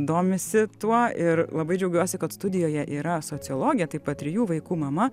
domisi tuo ir labai džiaugiuosi kad studijoje yra sociologė taip pat trijų vaikų mama